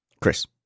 Chris